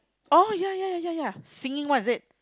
oh ya ya ya ya ya singing one is it